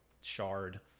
shard